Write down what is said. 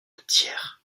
thiers